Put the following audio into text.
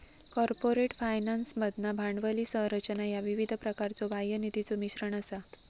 corporate फायनान्समधला भांडवली संरचना ह्या विविध प्रकारच्यो बाह्य निधीचो मिश्रण असा